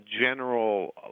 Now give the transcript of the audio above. general